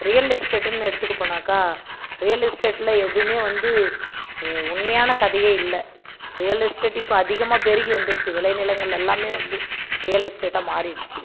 real எஸ்டேட்டுன்னு எடுத்துக்க போனாக்கா ரியல் எஸ்டேட்டில் எதுவுமே வந்து உண்மையான கதையே இல்லை ரியல் எஸ்டேட் இப்போ அதிகமாக பெருகி வந்துருச்சு விளைநிலங்கள் எல்லாமே வந்து ரியல் எஸ்டேட்டாக மாறிடுச்சு